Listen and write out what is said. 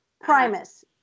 Primus